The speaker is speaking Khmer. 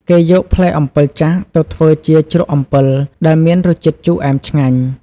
គេយកផ្លែអំពិលចាស់ទៅធ្វើជា ជ្រក់អំពិល ដែលមានរសជាតិជូរអែមឆ្ងាញ់។